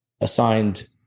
assigned